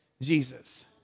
Jesus